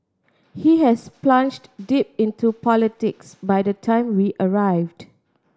he has plunged deep into politics by the time we arrived